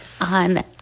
on